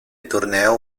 torneo